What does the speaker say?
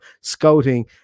scouting